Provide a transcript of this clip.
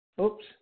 Oops